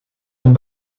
een